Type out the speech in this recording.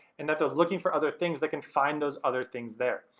and if they're looking for other things they can find those other things there.